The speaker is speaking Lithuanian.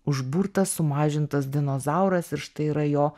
užburtas sumažintas dinozauras ir štai yra jo